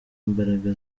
imbaraga